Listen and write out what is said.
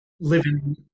living